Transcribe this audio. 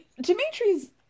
Dimitri's